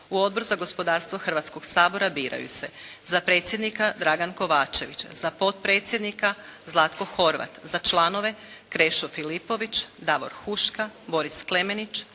U Odbor za gospodarstvo Hrvatskog sabora biraju se: za predsjednika Dragan Kovačević, za potpredsjednika Zlatko Horvat, za članove Krešo Filipović, Davor Huška, Boris Klemenić,